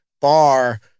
bar